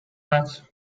not